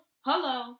Hello